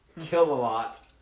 Kill-a-Lot